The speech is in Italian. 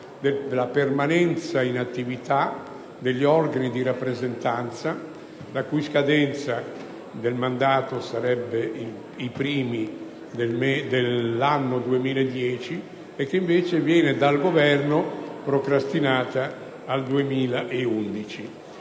della permanenza in attività degli organi di rappresentanza, la cui scadenza del mandato sarebbe i primi dell'anno 2010 e che viene invece procrastinata dal